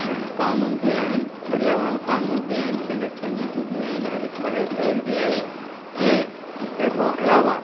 कानून बि आहिनि पर्यावरण कानून बि आहिनि संरक्षण नीतियूं बि आहिनि हरित पले पहल बि आहे ऐं तंहिंखां अलावा